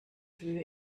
höhe